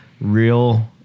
real